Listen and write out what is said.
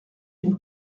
une